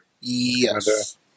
Yes